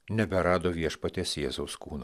neberado viešpaties jėzaus kūno